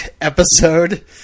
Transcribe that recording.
episode